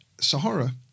Sahara